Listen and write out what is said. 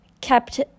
kept